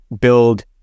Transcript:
build